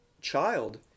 child